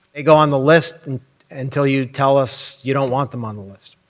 they go on the list and until you tell us you don't want them on the list.